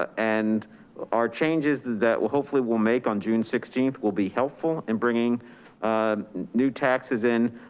ah and our changes that we'll hopefully, we'll make on june sixteenth will be helpful in bringing new taxes in.